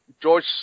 George